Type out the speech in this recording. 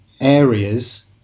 areas